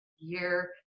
year